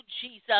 Jesus